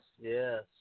yes